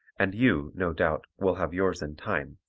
and you, no doubt, will have yours in time,